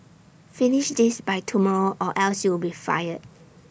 finish this by tomorrow or else you'll be fired